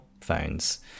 phones